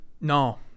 No